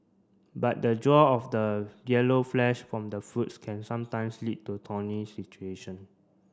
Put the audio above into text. but the draw of the yellow flesh from the fruits can sometimes lead to thorny situation